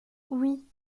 oui